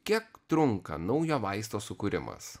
kiek trunka naujo vaisto sukūrimas